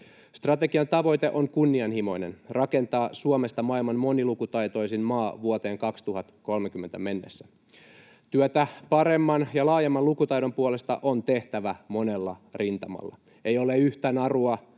Strategian tavoite on kunnianhimoinen: rakentaa Suomesta maailman monilukutaitoisin maa vuoteen 2030 mennessä. Työtä paremman ja laajemman lukutaidon puolesta on tehtävä monella rintamalla. Ei ole yhtä narua,